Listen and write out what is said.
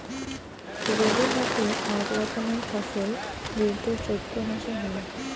রবি হসে আক রকমের ফসল যেইটো চৈত্র মাসে হই